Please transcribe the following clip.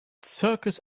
circus